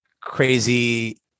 crazy